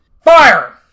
Fire